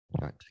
right